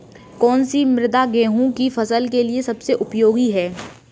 कौन सी मृदा गेहूँ की फसल के लिए सबसे उपयोगी है?